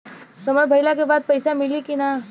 समय भइला के बाद पैसा मिली कि ना?